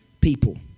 people